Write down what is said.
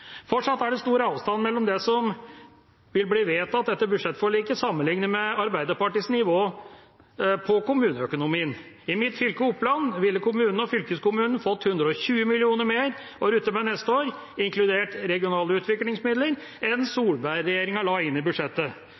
Fortsatt er det stor avstand mellom det som vil bli vedtatt etter budsjettforliket, og Arbeiderpartiets nivå på kommuneøkonomien. I mitt fylke, Oppland, ville kommunene og fylkeskommunen fått 120 mill. kr mer å rutte med neste år, inkludert regionale utviklingsmidler, enn det Solberg-regjeringa la inn i budsjettet.